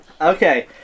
Okay